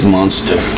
Monster